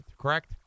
correct